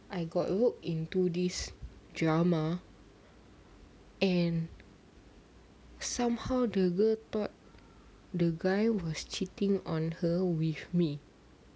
I got roped into this drama and somehow the girl thought the guy was cheating on her with me